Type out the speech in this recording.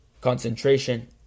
concentration